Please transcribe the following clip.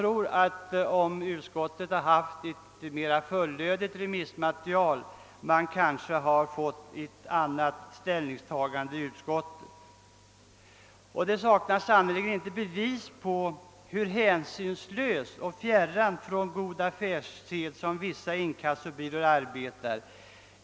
Om utskottet hade haft ett mera fullödigt remissmaterial tror jag att dess ställningstagande varit ett annat. Det saknas sannerligen inte bevis på hur hänsynslöst och fjärran från god affärssed som vissa inkassobyråer arbetar.